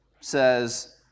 says